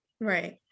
Right